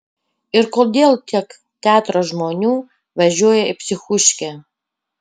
ir kodėl tiek teatro žmonių važiuoja į psichuškę